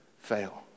fail